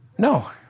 No